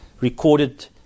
recorded